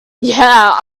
yeah